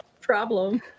Problem